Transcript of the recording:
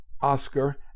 Oscar